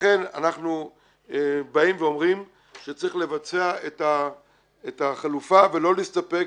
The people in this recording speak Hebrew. ולכן אנחנו באים ואומרים שצריך לבצע את החלופה ולא להסתפק,